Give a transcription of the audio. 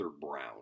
Brown